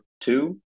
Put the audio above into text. two